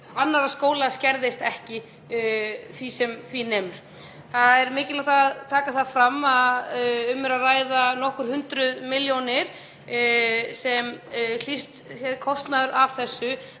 annarra skóla skerðist ekki sem því nemur. Það er mikilvægt að taka það fram að um er að ræða nokkur hundruð milljónir, kostnaðurinn sem